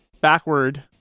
backward